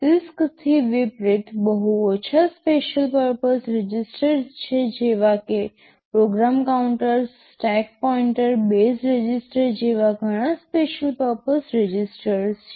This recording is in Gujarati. CISC થી વિપરીત બહુ ઓછા સ્પેશિયલ પર્પસ રજિસ્ટર છે જેવા કે program counters stack pointer base register જેવા ઘણા સ્પેશિયલ પર્પસ રજિસ્ટર છે